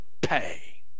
pay